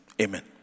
amen